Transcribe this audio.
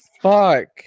Fuck